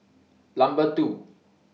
Number two